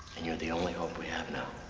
and you're the only hope we have now.